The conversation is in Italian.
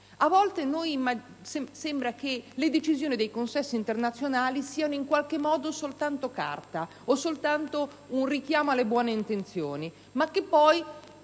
avanti. Sembra che le decisioni dei consessi internazionali siano in qualche modo soltanto carta o un richiamo alle buone intenzioni, e che poi